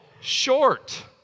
short